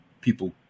people